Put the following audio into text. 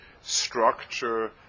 structure